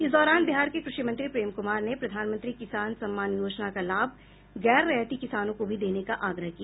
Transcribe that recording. इस दौरान बिहार के कृषि मंत्री प्रेम कुमार ने प्रधानमंत्री किसान सम्मान योजना का लाभ गैर रैयती किसानों को भी देने का आग्रह किया